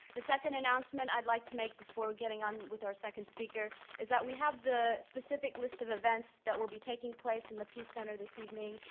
the second announcement i'd like to make before getting on with our second speaker is that we have the specific list of events that will be taking place in the peace center this evening.